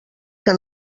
que